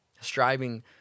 striving